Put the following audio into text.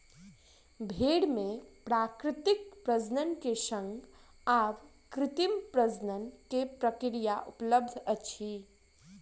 भेड़ मे प्राकृतिक प्रजनन के संग आब कृत्रिम प्रजनन के प्रक्रिया उपलब्ध अछि